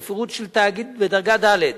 בפירוט של תאגיד בדרגה ד'